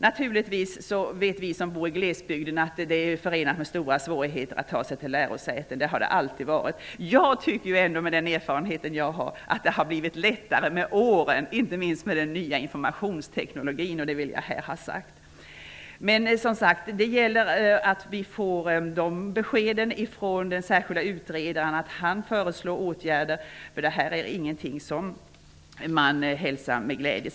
Naturligtvis vet vi som bor i glesbygden att det är förenat med stora svårigheter att ta sig till lärosäten. Det har det alltid varit. Med den erfarenhet som jag har tycker jag ändå att det med åren har blivit lättare, inte minst genom den nya informationsteknologin. Men det gäller som sagt att vi får besked från den särskilda utredaren om att han föreslår åtgärder, för den här situationen hälsar man inte med glädje.